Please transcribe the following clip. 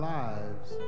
lives